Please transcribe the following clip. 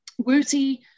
wooty